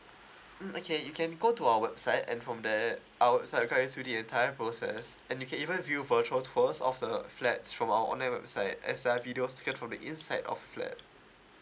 mm okay you can go to our website and from there I would guide you through the entire process and you can even view for tour tours of the flats from our online website as a video take from the inside of flat